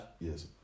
Yes